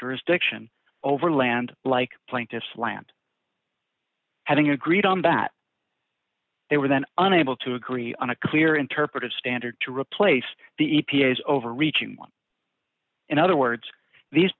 jurisdiction over land like plaintiffs land having agreed on that they were then unable to agree on a clear interpretive standard to replace the e p a is over reaching one in other words these